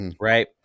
right